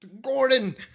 Gordon